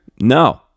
no